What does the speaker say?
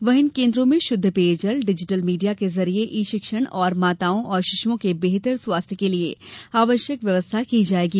वहीं इन केन्द्रों में शुद्ध पेयजल डिजिटल मीडिया के जरिये ई शिक्षण और माताओं और शिशुओं के बेहतर स्वास्थ्य के लिये आवश्यक व्यवस्था की जायेगी